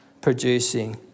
producing